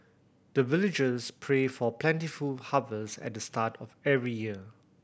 the villagers pray for plentiful harvest at the start of every year